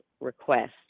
request